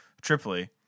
Tripoli